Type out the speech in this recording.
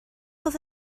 oedd